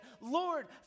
Lord